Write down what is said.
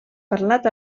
parlat